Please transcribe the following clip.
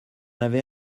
avait